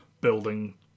building